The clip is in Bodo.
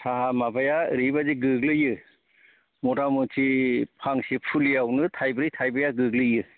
साहा माबाया ओरैबायदि गोग्लैयो मथा मुथि फांसे फुलिआवनो थाइब्रै थाइबाआ गोग्लैयो